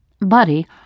Buddy